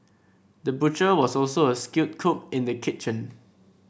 the butcher was also a skilled cook in the kitchen